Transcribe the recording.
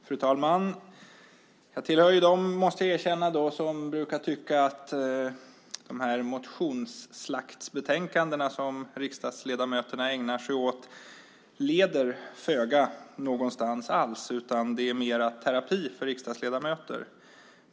Fru talman! Jag måste erkänna att jag tillhör dem som brukar tycka att den debatt som riksdagsledamöterna ägnar sig åt i samband med sådana här motionsslaktsbetänkanden inte leder någonstans utan mer är en terapi för riksdagsledamöter.